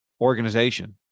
organization